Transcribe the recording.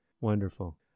wonderful